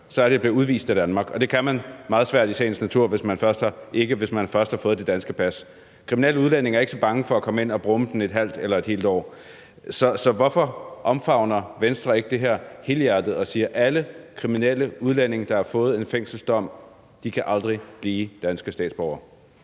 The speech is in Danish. så er det at blive udvist af Danmark, og det kan man i sagens natur ikke, hvis man først har fået det danske pas. Kriminelle udlændinge er ikke så bange for at komme ind og brumme den i et halvt eller et helt år. Så hvorfor omfavner Venstre ikke det her helhjertet og siger, at alle kriminelle udlændinge, der har fået en fængselsdom, aldrig kan blive danske statsborgere?